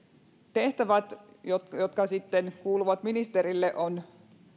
tehtävät jotka jotka sitten kuuluvat ministerille ovat